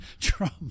Trump